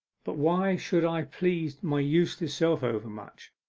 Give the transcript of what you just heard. but why should i please my useless self overmuch,